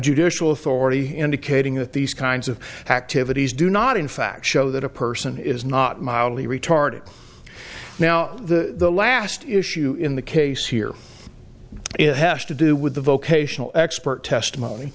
judicial authority indicating that these kinds of activities do not in fact show that a person is not mildly retarded now the last issue in the case here it has to do with the vocational expert testimony